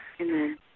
Amen